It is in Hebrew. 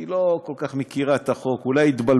היא לא כל כך מכירה את החוק, אולי התבלבלה.